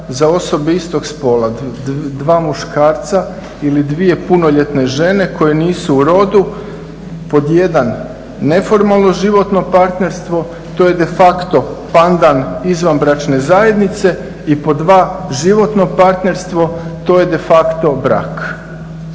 za osobe istog spola, dva muškarca ili dvije punoljetne žene koji nisu u rodu pod 1) neformalno životno partnerstvo, to je de facto pandan izvanbračne zajednice i pod 2) životno partnerstvo, to je de facto brak.